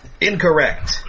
Incorrect